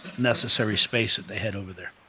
necessary space that they had over there.